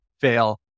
fail